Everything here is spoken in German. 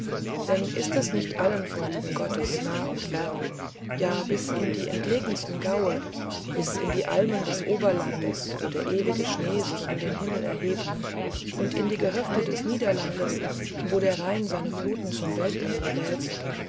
denn ist es nicht allen freunden gottes nah und fern ja bis in die entlegensten gauen bis in die almen des oberlandes wo der ewige schnee sich in den himmel erhebt und in die gehöfte des niederlandes wo der rhein seine fluten zum weltmeere wälzt